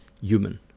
human